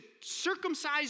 circumcise